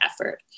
effort